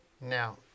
Now